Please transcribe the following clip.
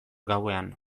gauean